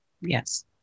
Yes